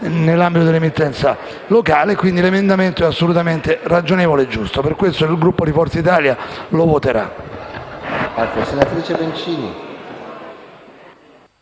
nell'ambito della emittenza locale. Quindi, l'emendamento è assolutamente ragionevole e giusto e il Gruppo di Forza Italia, per